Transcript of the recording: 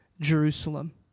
Jerusalem